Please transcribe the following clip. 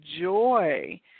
joy